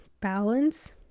balance